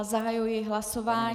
Zahajuji hlasování.